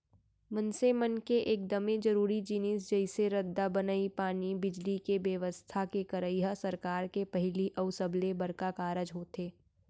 मनसे मन के एकदमे जरूरी जिनिस जइसे रद्दा बनई, पानी, बिजली, के बेवस्था के करई ह सरकार के पहिली अउ सबले बड़का कारज होथे